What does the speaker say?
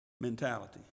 mentality